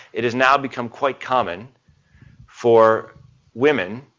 it is now become quite common for women,